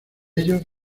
ellos